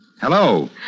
Hello